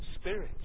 spirits